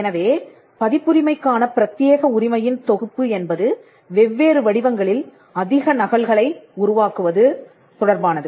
எனவே பதிப்புரிமைக்கான பிரத்தியேக உரிமையின் தொகுப்பு என்பது வெவ்வேறு வடிவங்களில் அதிக நகல்களை உருவாக்குவது தொடர்பானது